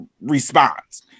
response